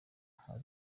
nka